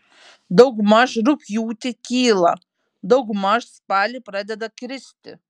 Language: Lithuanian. daugmaž rugpjūtį kyla daugmaž spalį pradeda kristi